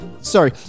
Sorry